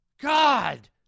God